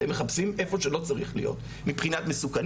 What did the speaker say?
אתם מחפשים איפה שלא צריך להיות מבחינת מסוכנות.